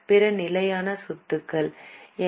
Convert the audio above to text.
பிற நிலையான சொத்துக்கள் என்